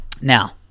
Now